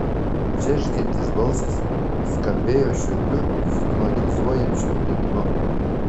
džeržgiantis balsas skambėjo šiurpiu hipnotizuojančiu ritmu